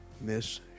Miss